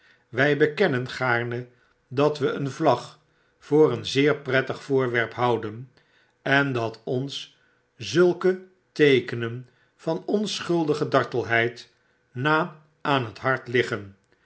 wy bekennen gaarne dat we een vlag voor een zeer prettig voorwerp houden en dat ons zulke teekenen van onschuldige dartelheid na aan het hart liggen